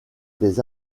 des